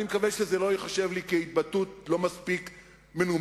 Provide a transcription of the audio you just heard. אני מקווה שזה לא ייחשב לי כהתבטאות לא מספיק מנומסת.